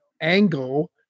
angle